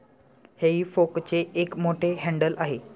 हेई फॉकचे एक मोठे हँडल आहे